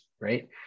right